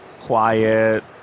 quiet